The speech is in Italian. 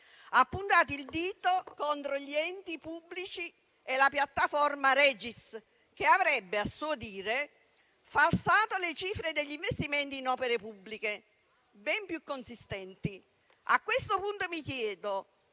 puntato il dito contro gli enti pubblici e la piattaforma ReGis, che avrebbe - a suo dire - falsato le cifre degli investimenti in opere pubbliche, ben più consistenti.